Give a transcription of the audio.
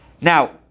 Now